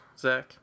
Zach